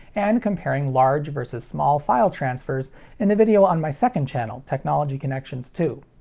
and comparing large vs small file transfers in a video on my second channel, technology connections two.